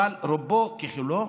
אבל רובו ככולו